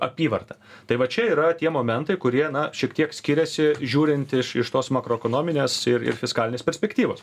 apyvartą tai va čia yra tie momentai kurie na šiek tiek skiriasi žiūrint iš iš tos makroekonominės ir ir fiskalinės perspektyvos